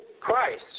Christ